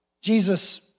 Jesus